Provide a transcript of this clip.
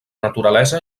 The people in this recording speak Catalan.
naturalesa